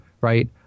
right